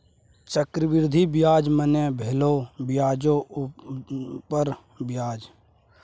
चक्रवृद्धि ब्याज मने भेलो ब्याजो उपर ब्याज